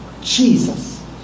Jesus